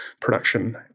production